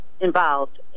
involved